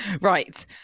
Right